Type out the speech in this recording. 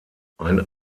ein